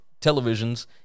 televisions